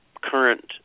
current